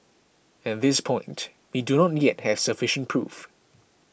at this point we do not yet have sufficient proof